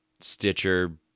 Stitcher